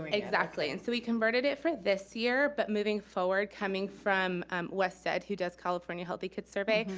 exactly. and so we converted it for this year, but moving forward, coming from um wested, who does california healthy kids survey,